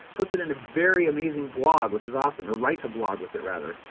puts it in a very amazing blog which is awesome or writes a blog with it rather,